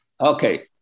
Okay